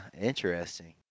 interesting